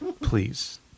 please